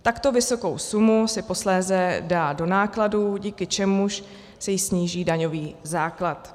Takto vysokou sumu si posléze dá do nákladů, díky čemuž si sníží daňový základ.